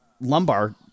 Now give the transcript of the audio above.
lumbar